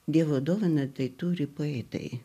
dievo dovaną tai turi poetai